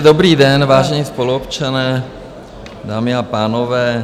Dobrý den, vážení spoluobčané, dámy a pánové.